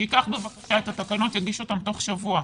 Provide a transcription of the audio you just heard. שייקח בבקשה את התקנות ויגיש אותן תוך שבוע.